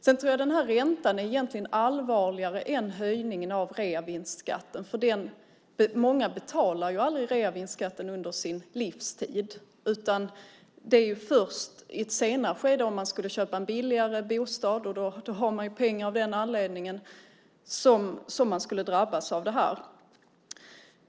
Sedan tror jag att räntan egentligen är allvarligare än höjningen av reavinstskatten, för många betalar ju aldrig reavinstskatten under sin livstid, utan det är ju först i ett senare skede - om man skulle köpa en billigare bostad har man ju pengar av den anledningen - som man skulle drabbas av det här.